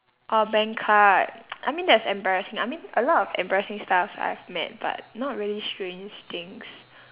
orh bank card I mean that's embarrassing I mean a lot of embarrassing stuffs I have met but not really strange things